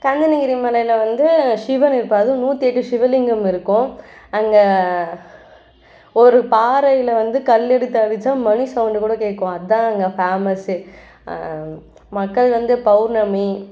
கஞ்சனகிரி மலையில் வந்து சிவன் இருப்பார் அதுவும் நூற்றி எட்டு சிவ லிங்கம் இருக்கும் அங்கே ஒரு பாறையில் வந்து கல் எடுத்து அடிச்சால் மணி சவுண்ட்டு கூட கேட்கும் அதான் அங்கே ஃபேமஸ்ஸே மக்கள் வந்து பௌர்ணமி